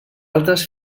altres